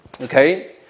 Okay